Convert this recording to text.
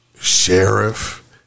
Sheriff